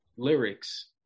lyrics